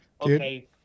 Okay